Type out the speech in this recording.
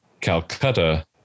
Calcutta